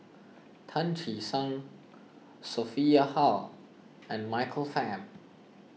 Tan Che Sang Sophia Hull and Michael Fam